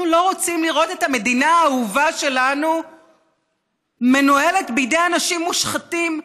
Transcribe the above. אנחנו לא רוצים לראות את המדינה האהובה שלנו מנוהלת בידי אנשים מושחתים,